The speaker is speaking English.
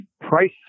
price